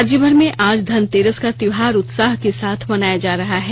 राज्यभर में आज धनतेरस का त्योहार उत्साह के साथ मनाया जा रहा है